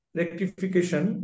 rectification